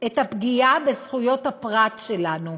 את הפגיעה בזכויות הפרט שלנו,